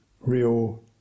real